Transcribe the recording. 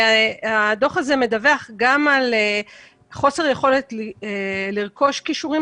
הדוח הזה מדווח על חוסר יכולת לרכוש כישורים